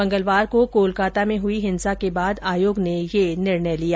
मंगलवार को कोलकता में हुई हिंसा के बाद आयोग ने ये निर्णय लिया